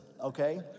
okay